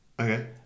Okay